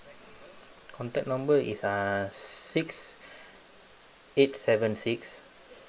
contact number is uh six eight seven six